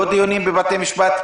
לא דיונים בבתי המשפט,